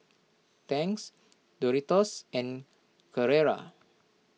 Tangs Doritos and Carrera